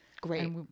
great